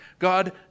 God